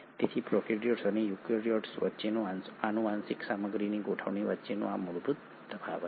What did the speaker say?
તેથી પ્રોકેરીયોટ્સ અને યુકેરીયોટ્સ વચ્ચે આનુવંશિક સામગ્રીની ગોઠવણી વચ્ચેનો આ મૂળભૂત તફાવત છે